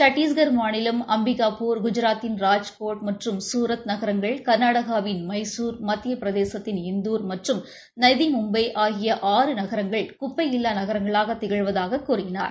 சத்திஷ்கள் மாநிலம் அம்பிகாபூர் குஜராத்தின் ராஜ்கோட் மற்றும் சூரத் நகரங்கள் கள்நாடகாவின் மைஞர் மத்திய பிரதேசத்தின் இந்துர் மற்றும் நதி மும்பை ஆகிய ஆறு நகரங்கள் குப்பை இல்லா நகரங்களாக திகழ்வதாகக் கூறினார்